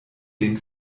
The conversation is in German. den